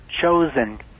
chosen